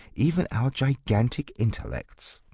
even our gigantic intellects.